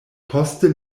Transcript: poste